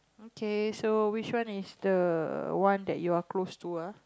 okay so which one is the one that you are close to ah